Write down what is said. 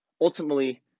ultimately